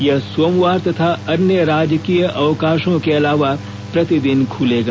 यह सोमवार तथा अन्य राजकीय अवकाशों के अलावा प्रतिदिन खुलेगा